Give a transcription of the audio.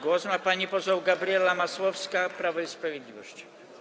Głos ma pani poseł Gabriela Masłowska, Prawo i Sprawiedliwość.